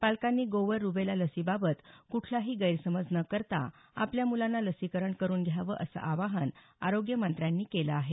पालकांनी गोवर रुबेला लसीबाबत कुठलाही गैरसमज न करता आपल्या मुलांना लसीकरण करुन घ्यावं असं आवाहन आरोग्यमंत्र्यांनी केलं आहे